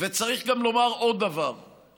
וצריך גם לומר עוד דבר,